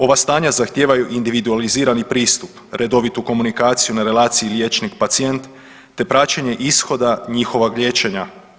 Ova stanja zahtijevaju individualizirani pristup, redovitu komunikaciju na relaciji liječnik pacijent te praćenje ishoda njihova liječenja.